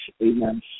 amen